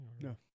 No